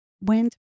went